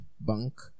bank